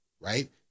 right